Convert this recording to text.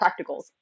practicals